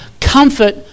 comfort